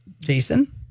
Jason